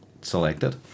selected